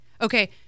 Okay